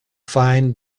find